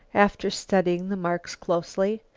after studying the marks closely.